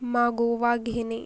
मागोवा घेणे